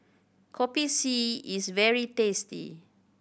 Kopi C is very tasty